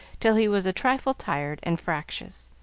till he was a trifle tired and fractious.